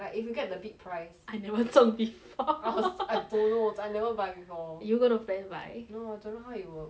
but if you get the big prize I never 中 before I never buy before you got no friends buy no don't know how it works